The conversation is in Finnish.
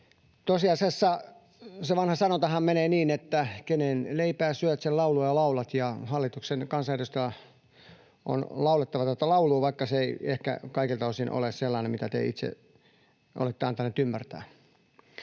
Tosiasiassa se vanha sanontahan menee niin, että kenen leipää syöt, sen lauluja laulat, ja hallituksen kansanedustajien on laulettava tätä laulua, vaikka se ei ehkä kaikilta osin ole sellainen, mitä te itse olette antaneet ymmärtää.